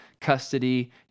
custody